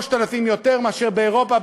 3,000 שקל יותר מאשר באירופה,